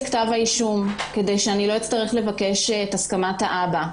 כתב האישום כדי שאני לא אצטרך לבקש את הסכמת האב.